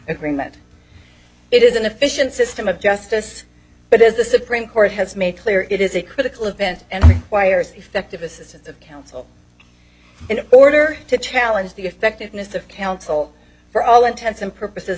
agreement it is an efficient system of justice but as the supreme court has made clear it is a critical event and requires effective assistance of counsel in order to challenge the effectiveness of counsel for all intents and purposes